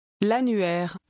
l'annuaire